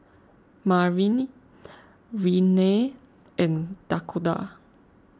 Marnie Renea and Dakoda